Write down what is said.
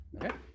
Okay